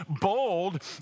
bold